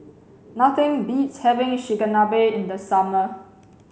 nothing beats having Chigenabe in the summer